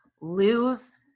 lose